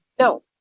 No